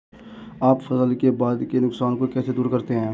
आप फसल के बाद के नुकसान को कैसे दूर करते हैं?